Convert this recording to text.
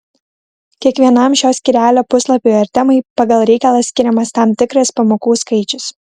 kiekvienam šio skyrelio puslapiui ar temai pagal reikalą skiriamas tam tikras pamokų skaičius